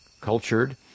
cultured